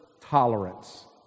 tolerance